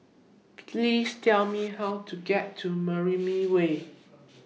Please Tell Me How to get to Mariam Way